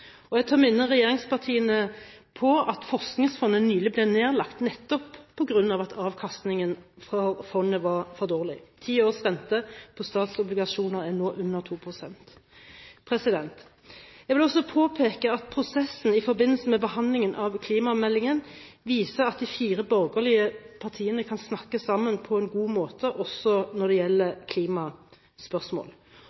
utnytte. Jeg tør minne regjeringspartiene på at Forskningsfondet nylig ble nedlagt, nettopp på grunn av at avkastningen fra fondet var for dårlig. Ti års rente på statsobligasjoner er nå på under 2 pst. Jeg vil også påpeke at prosessen i forbindelse med behandlingen av klimameldingen viser at de fire borgerlige partiene kan snakke sammen på en god måte, også når det gjelder